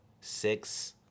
six